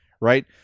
right